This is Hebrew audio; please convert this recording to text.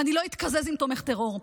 ואני לא אתקזז עם תומך טרור,